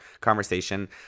conversation